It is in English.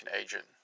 agent